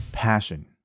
passion